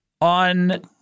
on